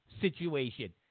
situation